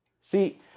See